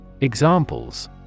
Examples